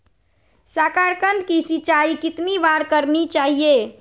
साकारकंद की सिंचाई कितनी बार करनी चाहिए?